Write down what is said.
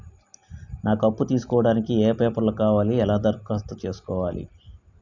నాకు అప్పు తీసుకోవడానికి ఏ పేపర్లు కావాలి ఎలా దరఖాస్తు చేసుకోవాలి?